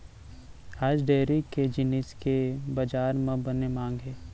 आज डेयरी के जिनिस के बजार म बने मांग हे